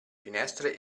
finestre